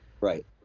Right